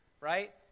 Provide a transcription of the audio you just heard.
right